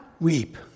weep